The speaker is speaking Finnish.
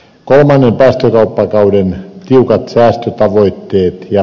kolmannen päästökauppakauden tiukat säästötavoitteet ja